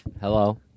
Hello